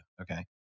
Okay